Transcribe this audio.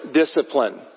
discipline 。